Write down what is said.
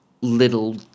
little